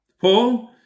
Paul